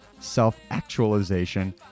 self-actualization